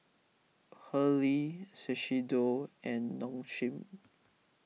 Hurley Shiseido and Nong Shim